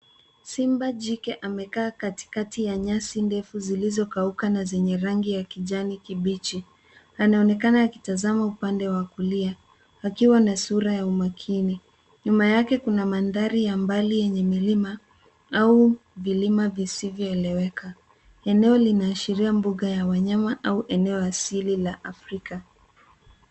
Simba jike amekaa katikati ya nyasi ndefu zilizokauka na zenye rangi ya kijani kibichi. Anaonekana akitazama upande wa kulia akiwa na sura ya umakini. Nyuma yake kuna mandhari ya mbali yenye milima au vilima visivyoeleweka. Eneo linaashiria mbuga la wanyama au eneo asili la Afrika.